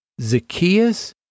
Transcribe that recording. Zacchaeus